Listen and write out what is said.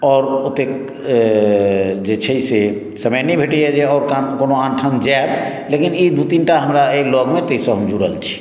आओर ओतेक जे छै से समय नहि भेटैया जे आओर काम कोनो आन ठाम जायब लेकिन ई दू तीन टा हमरा एहि लगमे ताहि सऽ हम जुड़ल छी